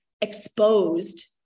exposed